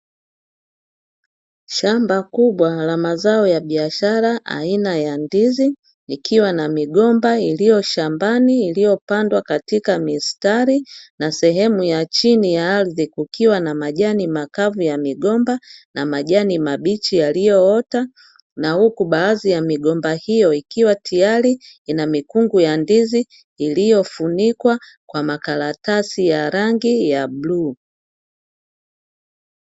Shamba kubwa la mazao ya biashara aina ya ndizi ikiwa na migomba iliyo shambani iliyopandwa katika mistari , na sehemu ya chini ya ardhi kukiwa na majani makavu ya migomba na majani mabichi yaliyoota; na huku baadhi ya migomba hiyo ikiwa tayari ina mikungu ya ndizi iliyo funikwa kwa makaratasi ya rangi ya bluu.